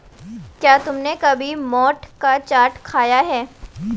क्या तुमने कभी मोठ का चाट खाया है?